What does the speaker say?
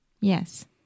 Yes